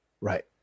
Right